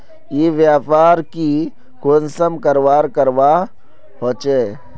ई व्यापार की कुंसम करवार करवा होचे?